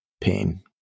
pain